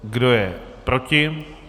Kdo je proti?